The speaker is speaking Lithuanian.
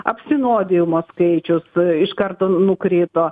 apsinuodijimo skaičius iš karto nukrito